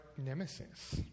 nemesis